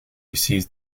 receives